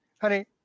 Honey